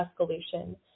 escalation